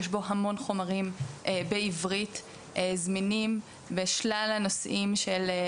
יש בו שלל חומרים זמינים בשפה העברית.